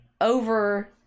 over